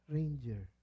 Ranger